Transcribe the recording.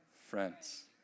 friends